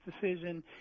decision